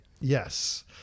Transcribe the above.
Yes